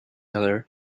other